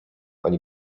ani